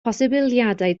posibiliadau